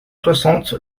soixante